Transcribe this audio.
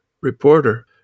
reporter